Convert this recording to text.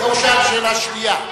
הוא שאל שאלה שנייה.